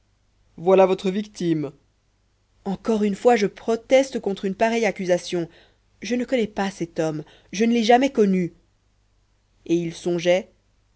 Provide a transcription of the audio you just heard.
voilà votre victime encore une fois je proteste contre une pareille accusation je ne connais pas cet homme je ne l'ai jamais connu et il